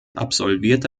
absolvierte